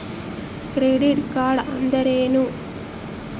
Credit card ಅಂದ್ರೇನು?